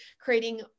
creating